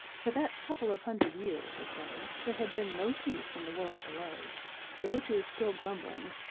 for that couple of hundred years, or so, there had been no peace in the world below the witches still grumbling,